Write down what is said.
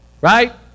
Right